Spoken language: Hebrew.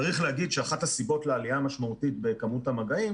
צריך להגיד שאחת הסיבות לעלייה משמעותית בכמות המגעים